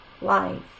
life